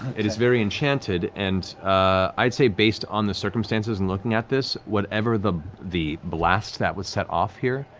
it is very enchanted, and i'd say, based on the circumstances in looking at this, whatever the the blast that was set off here,